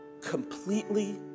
completely